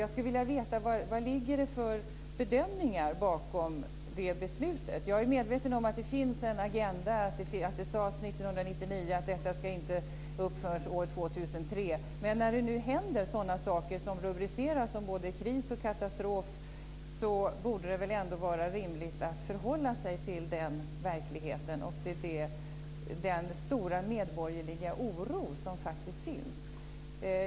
Jag skulle vilja veta vilka bedömningar som ligger bakom det beslutet. Jag är medveten om att det finns en agenda. Det sades 1999 att detta inte ska upp förrän år 2003, men när det händer saker som rubriceras som både kris och katastrof borde det väl ändå vara rimligt att man förhåller sig till den verkligheten och till den stora medborgerliga oro som faktiskt finns.